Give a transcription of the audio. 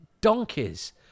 donkeys